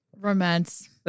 Romance